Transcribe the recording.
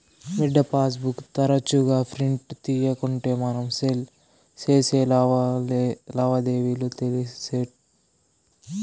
బిడ్డా, passbook తరచుగా print తీయకుంటే మనం సేసే లావాదేవీలు తెలిసేటెట్టా